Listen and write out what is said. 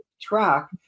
track